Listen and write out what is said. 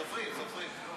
סופרים, סופרים.